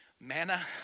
manna